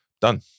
Done